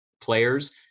players